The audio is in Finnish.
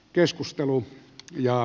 arvoisa puhemies